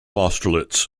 austerlitz